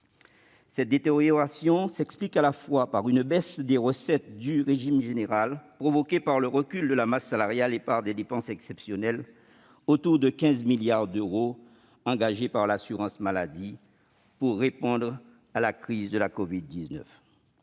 telle détérioration s'explique à la fois par une baisse des recettes du régime général, provoquée par le recul de la masse salariale, et par des dépenses exceptionnelles s'élevant à 15 milliards d'euros environ, engagées par l'assurance maladie pour répondre à la crise de la covid-19.